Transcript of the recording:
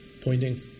Pointing